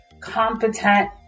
competent